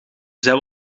zij